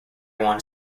wan